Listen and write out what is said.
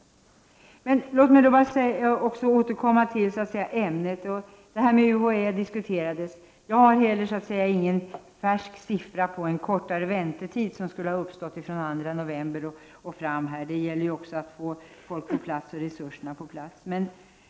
Låt mig återkomma till ämnet. UHÄ har diskuterats, och jag har inte heller någon färsk siffra för kortare väntetid, som skulle ha uppstått den 2 november. Det gäller också att få folk och resurser på plats.